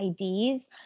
IDs